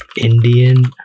Indian